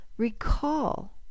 Recall